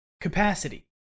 Capacity